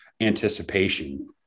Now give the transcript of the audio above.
anticipation